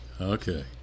okay